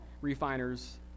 Refiners